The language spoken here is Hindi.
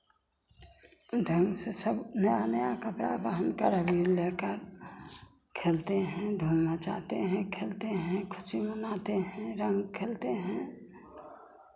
ढंग से सब नया नया कपड़ा पहनकर अबीर लेकर खेलते हैं धूम मचाते हैं खेलते हैं खुशी मनाते हैं रंग खेलते हैं